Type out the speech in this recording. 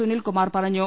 സുനിൽ കുമാർ പറഞ്ഞു